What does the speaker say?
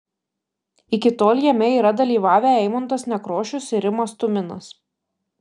iki tol jame yra dalyvavę eimuntas nekrošius ir rimas tuminas